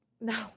No